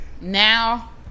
Now